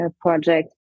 project